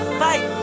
fight